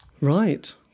right